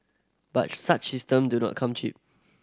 but such system do not come cheap